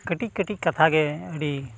ᱠᱟᱹᱴᱤᱡ ᱠᱟᱹᱴᱤᱡ ᱠᱟᱛᱷᱟ ᱜᱮ ᱟᱹᱰᱤ